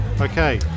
Okay